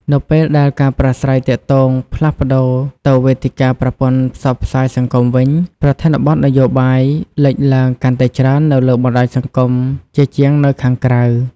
នៅពេលដែលការប្រាស្រ័យទាក់ទងផ្លាស់ប្តូរទៅវេទិកាប្រព័ន្ធផ្សព្វផ្សាយសង្គមវិញ ប្រធានបទនយោបាយលេចឡើងកាន់តែច្រើននៅលើបណ្ដាញសង្គមជាជាងនៅខាងក្រៅ។